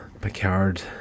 ...Picard